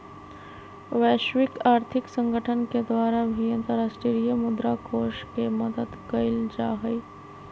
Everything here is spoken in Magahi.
वैश्विक आर्थिक संगठन के द्वारा भी अन्तर्राष्ट्रीय मुद्रा कोष के मदद कइल जाहई